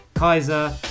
Kaiser